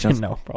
No